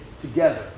together